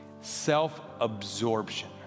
Self-absorption